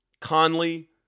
Conley